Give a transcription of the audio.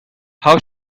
how